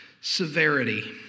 severity